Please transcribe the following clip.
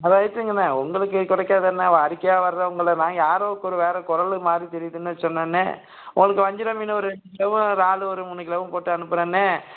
ரைட்டுங்கண்ணே உங்களுக்கு குறைக்கிறதுதாண்ணே வாடிக்கையாக வர்றவங்களை நான் யாரோக்கொரு வேறு குரலு மாதிரி தெரியுதுன்னு சொன்னேண்ணே உங்களுக்கு வஞ்சிர மீன் ஒரு அஞ்சு கிலோவும் இறாலு ஒரு மூணு கிலோவும் போட்டு அனுப்புகிறண்ணே